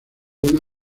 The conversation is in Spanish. una